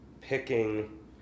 picking